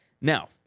Now